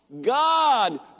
God